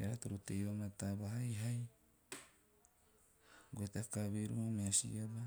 eara toro tei vamata va hahai goe tea kaveru a meha si aba.